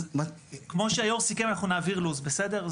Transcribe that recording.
כמו שהיו"ר סיכם אנחנו נעביר לו"ז בסדר?